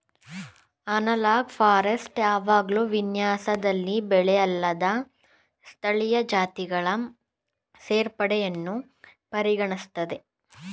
analogue forestry ಯಾವಾಗ್ಲೂ ವಿನ್ಯಾಸದಲ್ಲಿ ಬೆಳೆಅಲ್ಲದ ಸ್ಥಳೀಯ ಜಾತಿಗಳ ಸೇರ್ಪಡೆಯನ್ನು ಪರಿಗಣಿಸ್ತದೆ